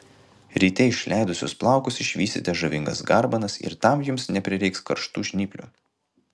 ryte išleidusios plaukus išvysite žavingas garbanas ir tam jums neprireiks karštų žnyplių